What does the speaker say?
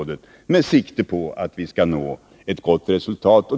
Vårt sikte är inställt på att nå ett gott resultat.